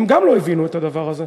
גם הם לא הבינו את הדבר הזה,